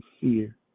fear